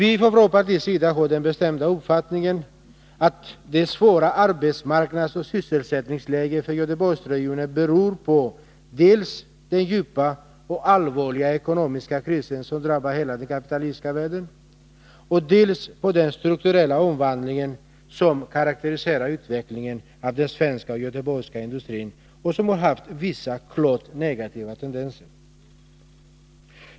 Inom vårt parti har vi den bestämda uppfattningen att det svåra arbetsmarknadsoch sysselsättningspolitiska läget för Göteborgsregionen beror på dels den djupa och allvarliga ekonomiska kris som har drabbat hela den kapitalistiska världen, dels den strukturella omvandling som karakteriserar utvecklingen av den svenska och göteborgska industrin och som har haft vissa klart negativa tendenser.